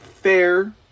fair